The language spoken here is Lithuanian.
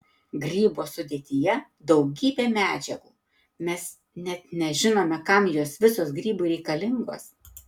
grybo sudėtyje daugybė medžiagų mes net nežinome kam jos visos grybui reikalingos